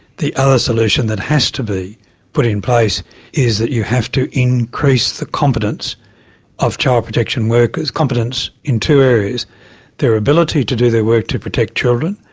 the other solution that has to be put in place is that you have to increase the competence of child protection workers, competence in two areas their ability to do their work to protect children,